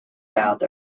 mouth